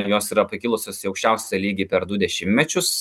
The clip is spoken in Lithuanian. jos yra pakilusios į aukščiausią lygį per du dešimmečius